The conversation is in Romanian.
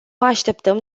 așteptăm